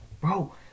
Bro